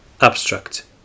Abstract